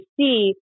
see